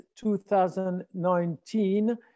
2019